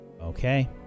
Okay